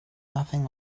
nothing